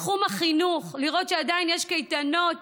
בתחום החינוך, לראות שעדיין יש קייטנות